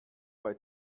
bei